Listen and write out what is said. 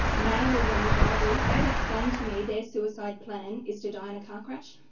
male young drivers, they've explained to me their suicide plan is to die in a car crash,